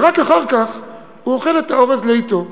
ורק אחר כך הוא אוכל את האורז לאטו.